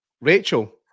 Rachel